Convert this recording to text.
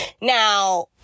now